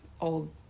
old